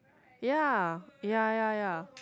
ya ya ya ya